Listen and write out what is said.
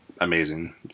amazing